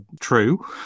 true